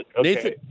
Nathan